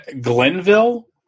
Glenville